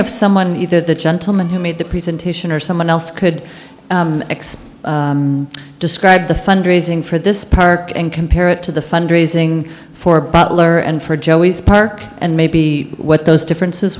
if someone did the gentleman who made the presentation or someone else could describe the fund raising for this park and compare it to the fund raising for butler and for jellies park and maybe what those differences